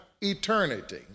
eternity